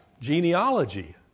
genealogy